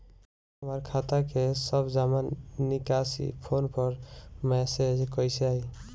हमार खाता के सब जमा निकासी फोन पर मैसेज कैसे आई?